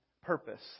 purpose